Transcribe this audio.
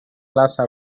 plaza